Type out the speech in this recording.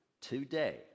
today